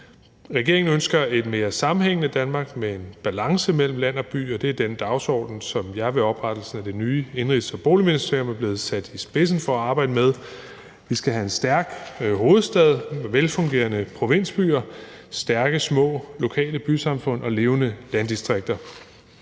Regeringen ønsker et mere sammenhængende Danmark med en balance mellem land og by, og det er den dagsorden, som jeg ved oprettelsen af det nye Indenrigs- og Boligministerium er blevet sat i spidsen for at arbejde med. Vi skal have en stærk hovedstad, velfungerende provinsbyer, stærke små lokale bysamfund og levende landdistrikter.